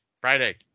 Friday